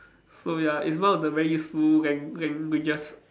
so ya it's one of the very useful lang~ languages